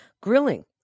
grilling